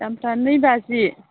दामफोरा नै बाजि